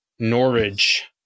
Norwich